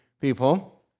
people